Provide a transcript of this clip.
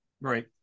Right